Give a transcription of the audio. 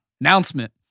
Announcement